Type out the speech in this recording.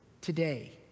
today